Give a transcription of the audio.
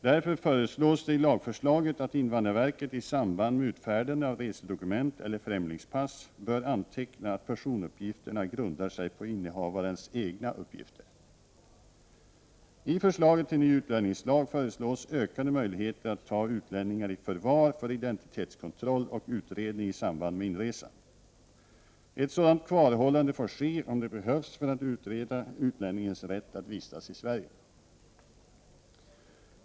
Därför föreslås det i lagförslaget att invandrarverket i samband med utfärdandet av resedokument eller främlingspass bör anteckna att personuppgifterna grundar sig på innehavarens egna uppgifter. I förslaget till ny utlänningslag föreslås ökade möjligheter att ta utlänningar i förvar för identitetskontroll och utredning i samband med inresan. Ett sådant kvarhållande får ske om det behövs för att utreda utlänningens rätt att vistas i Sverige.